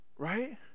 Right